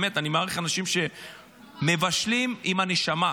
באמת, אני מעריך אנשים שמבשלים עם הנשמה.